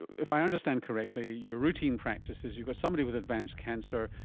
if i understand correctly, your routine practice is you've got somebody with advanced cancer,